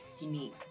unique